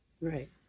right